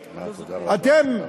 אתם,